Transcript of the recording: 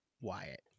Wyatt